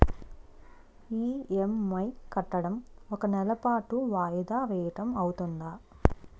EMI కట్టడం ఒక నెల పాటు వాయిదా వేయటం అవ్తుందా?